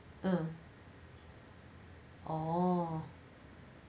uh orh